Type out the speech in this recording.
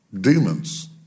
demons